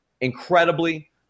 incredibly